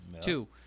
Two